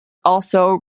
also